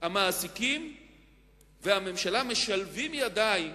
המעסיקים והממשלה משלבים ידיים